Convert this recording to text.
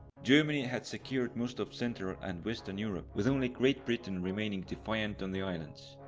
germany had secured most of central and western europe, with only great britain remaining defiant on the islands.